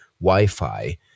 wi-fi